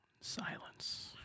Silence